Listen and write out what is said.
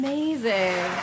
Amazing